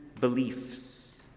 beliefs